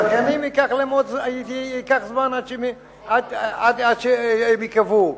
הזכיינים, ייקח זמן עד שהם ייקבעו.